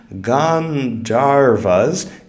Gandharvas